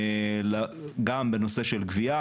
גם בנושא של גביה,